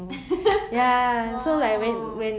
!wow!